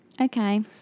Okay